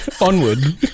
Onward